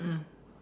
mm mm